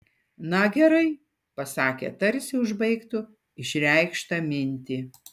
na gerai pasakė tarsi užbaigtų išreikštą mintį